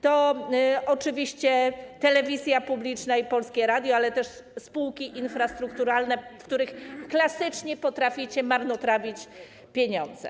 To oczywiście telewizja publiczna i Polskie Radio, ale też spółki infrastrukturalne, w których klasycznie potraficie marnotrawić pieniądze.